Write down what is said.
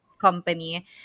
company